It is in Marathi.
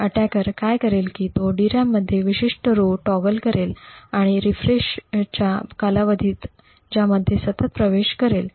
हल्लेखोर काय करेल की तो DRAM मध्ये विशिष्ट पंक्ती टॉगल करेल आणि रीफ्रेशच्या कालावधीत त्यामध्ये सतत प्रवेश करेल